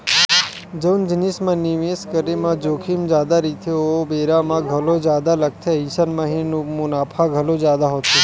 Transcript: जउन जिनिस म निवेस के करे म जोखिम जादा रहिथे ओमा बेरा घलो जादा लगथे अइसन म ही मुनाफा घलो जादा होथे